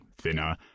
thinner